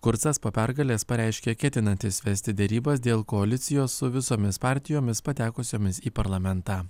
kurcas po pergalės pareiškė ketinantis vesti derybas dėl koalicijos su visomis partijomis patekusiomis į parlamentą